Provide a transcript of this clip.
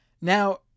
Now